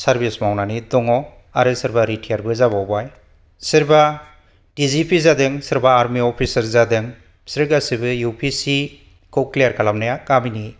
service मावनानै दङ आरो सोरबा रिटायरबो जाबावबाय सोरबा डि जि पि जादों सोरबा आर्मि अफिसार जादों बिसोर गासिबो इउ पि एस सिखौ क्लियार खालामनाया गामिनि